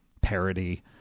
parody